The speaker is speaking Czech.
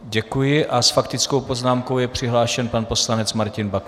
Děkuji a s faktickou poznámkou je přihlášen pan poslanec Martin Baxa.